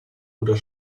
oder